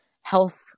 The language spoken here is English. health